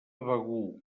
begur